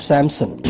Samson